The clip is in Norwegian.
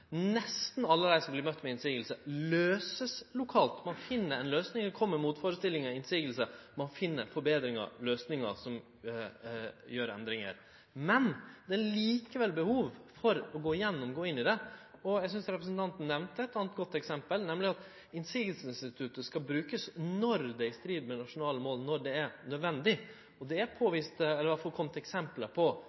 Nesten alle dei som vert møtte med motsegn, løysast lokalt. Ein finn ei løysing, ein kjem med motførestillingar mot motsegnene, ein finn fram til forbetringar. Det er likevel behov for å gå inn i det. Eg synest representanten nemnde eit anna godt eksempel, nemleg at motsegnsinstituttet skal brukast når det er i strid med nasjonale mål, når det er nødvendig. Det er påvist, eller iallfall kome eksempel på,